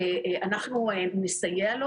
כי כך זה נכון מקצועית.